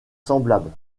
semblable